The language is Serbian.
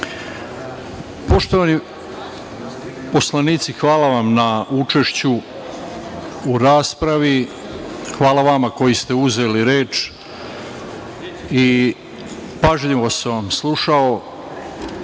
Hvala. Poštovani poslanici, hvala vam na učešću u raspravi. Hvala vama koji ste uzeli reč i pažljivo sam slušao,